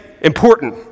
important